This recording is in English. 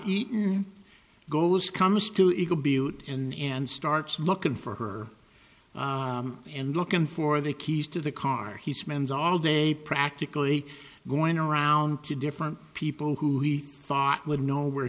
eaton goes comes to eagle butte in and starts looking for her and looking for the keys to the car he spends all day practically going around to different people who he thought would know where